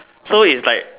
so it's like